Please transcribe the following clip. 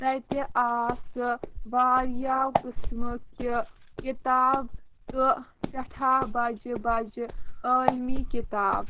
تَتہِ آسہٕ واریاہ قٔسمہٕ کہِ کِتاب تہٕ سٮ۪ٹھاہ بَجہِ بَجہِ عٲلمی کِتاب